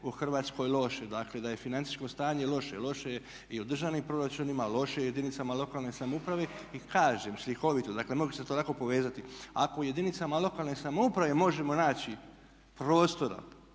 u Hrvatskoj loše, dakle da je financijsko stanje loše. Loše je i u državnim proračunima, loše je i jedinicama lokalne samouprave i kažem slikovito. Dakle, mogli ste to lako povezati. Ako u jedinicama lokalne samouprave možemo naći prostora